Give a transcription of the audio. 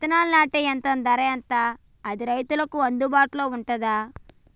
విత్తనాలు నాటే యంత్రం ధర ఎంత అది రైతులకు అందుబాటులో ఉందా?